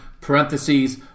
parentheses